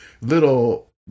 little